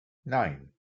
nine